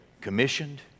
commissioned